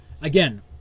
again